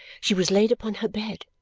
she was laid upon her bed.